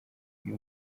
uyu